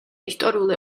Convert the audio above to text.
ისტორიულ